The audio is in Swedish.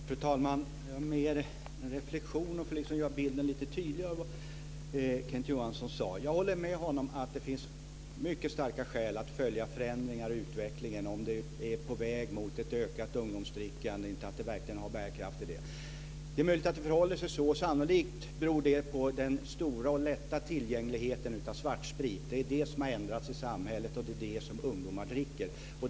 Fru talman! Jag vill ge en reflexion för att göra bilden lite tydligare av vad Kenneth Johansson sade. Jag håller med honom om att det finns mycket starka skäl för att följa förändringar i utvecklingen och se om vi är på väg mot ett ökat ungdomsdrickande. Finns det verkligen bärkraft i det? Det är möjligt att det förhåller sig så. Sannolikt beror det på den stora tillgången på svartsprit. Det är det som har ändrats i samhället, och det är det som ungdomar dricker.